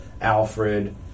Alfred